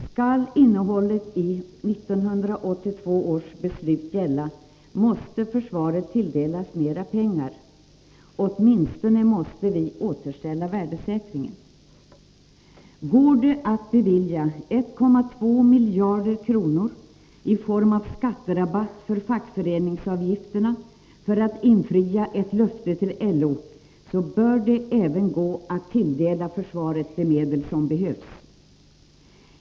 Skall innehållet i 1982 års beslut gälla, måste försvaret tilldelas mera pengar — åtminstone måste vi återställa värdesäkringen. Går det att bevilja 1,2 miljarder kronor i form av skatterabatt för fackföreningsavgifterna, för att infria ett löfte till LO, bör det även gå att tilldela försvaret de medel som behövs.